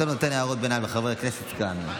אתה נותן הערות ביניים לחברי הכנסת כאן.